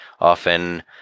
often